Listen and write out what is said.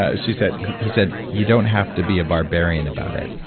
ah she said he he said, you don't have to be a barbarian about it.